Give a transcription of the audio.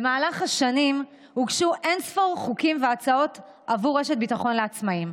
במהלך השנים הוגשו אין-ספור חוקים והצעות לרשת ביטחון לעצמאים.